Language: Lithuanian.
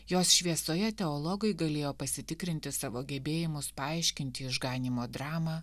jos šviesoje teologai galėjo pasitikrinti savo gebėjimus paaiškinti išganymo dramą